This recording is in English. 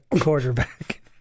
quarterback